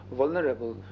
vulnerable